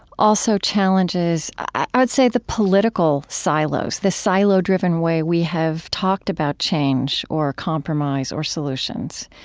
also challenges, i would say, the political silos. the silo driven way we have talked about change or a compromise or solutions.